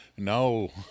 No